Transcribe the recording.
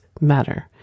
matter